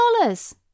dollars